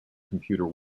computer